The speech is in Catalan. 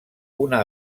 una